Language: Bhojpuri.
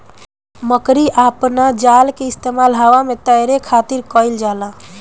मकड़ी अपना जाल के इस्तेमाल हवा में तैरे खातिर कईल जाला